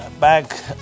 back